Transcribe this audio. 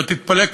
תתפלא,